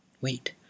Wait